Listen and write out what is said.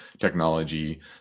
technology